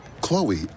Chloe